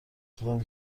خدامه